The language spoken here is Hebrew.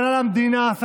ולא רק להיות בשלטון,